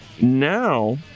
now